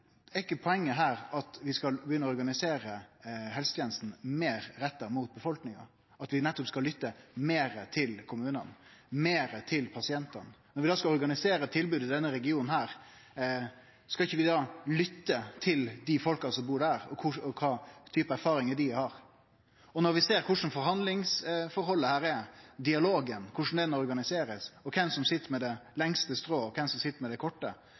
Er ikkje poenget her at vi skal begynne å organisere helsetenestene meir retta mot befolkninga, at vi nettopp skal lytte meir til kommunane, meir til pasientane? Når vi da skal organisere tilbodet i denne regionen, skal vi ikkje da lytte til dei folka som bur der, og kva slags erfaringar dei har? Når vi ser korleis forhandlingsforholdet her er, korleis dialogen blir organisert, og kven som sit med det lengste strået, og kven som sit med det korte